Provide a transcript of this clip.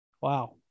Wow